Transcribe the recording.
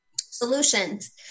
Solutions